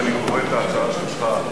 אם אני קורא את ההצעה שלך,